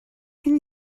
can